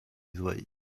ddweud